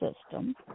system